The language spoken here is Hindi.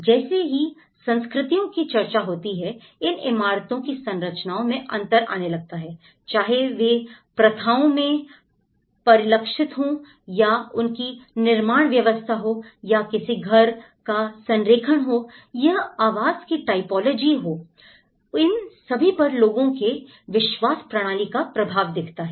जैसे ही संस्कृतियों की चर्चा होती है इन इमारतों की संरचनाओं में अंतर आने लगता है चाहे वे प्रथाओं में परिलक्षित हो या उनकी निर्माण व्यवस्था हो या किसी घर का संरेखण हो या आवास की टाइपोलॉजी हो इन सभी पर लोगों के विश्वास प्रणाली का प्रभाव दिखता है